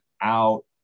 out